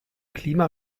klima